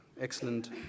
Excellent